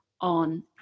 on